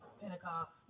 Pentecost